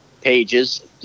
pages